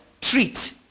treat